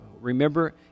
Remember